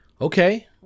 Okay